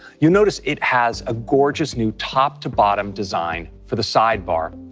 you'll notice it has a gorgeous new top to bottom design for the sidebar.